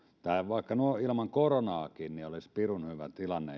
vaikka ilman koronaakin tämä olisi pirun hyvä tilanne